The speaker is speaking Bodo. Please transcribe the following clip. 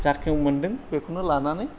जाखौ मोनदों बेखौनो लानानै